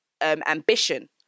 ambition